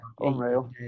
unreal